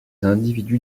individus